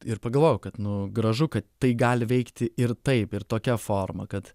ir pagalvojau kad nu gražu kad tai gali veikti ir taip ir tokia forma kad